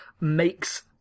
makes